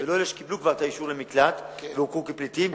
ולא אלה שקיבלו כבר את האישור למקלט והוכרו כפליטים,